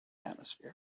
atmosphere